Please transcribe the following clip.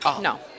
No